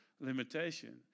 limitation